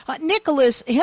Nicholas